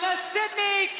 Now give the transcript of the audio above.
sidney